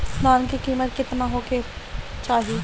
धान के किमत केतना होखे चाही?